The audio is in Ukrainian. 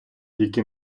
які